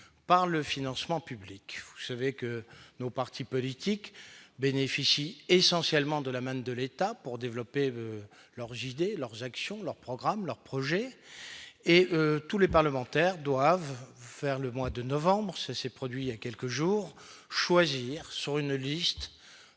par le financement public, vous savez que nos partis politiques bénéficient essentiellement de la manne de l'État pour développer leur vider leurs actions, leur programme, leur projet et tous les parlementaires doivent faire le mois de novembre, ça s'est produit il y a quelques jours, choisir sur une liste